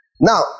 now